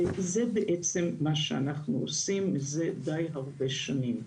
זה בעצם מה שאנחנו עושים מזה די הרבה שנים.